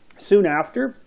soon after,